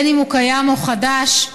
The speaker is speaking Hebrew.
אם הוא קיים ואם הוא חדש,